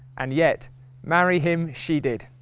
and yet marry him she did.